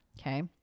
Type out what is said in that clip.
Okay